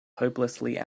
hopelessly